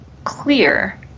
Clear